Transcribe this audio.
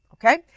Okay